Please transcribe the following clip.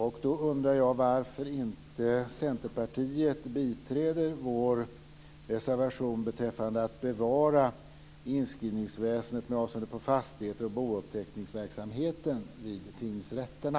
Jag undrar varför inte Centerpartiet då biträder vår reservation om att bevara inskrivningsväsendet med avseende på fastigheter och bouppteckningsverksamhet vid tingsrätterna.